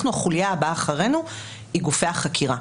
החוליה הבאה אחרינו היא גופי החקירה.